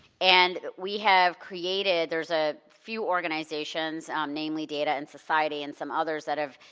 and we have created, there's a few organizations, namely, data and society and some others that have,